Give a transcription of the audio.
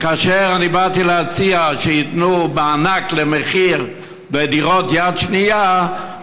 וכאשר אני באתי להציע שייתנו מענק למחיר ודירות יד שנייה,